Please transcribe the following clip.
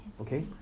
Okay